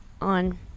on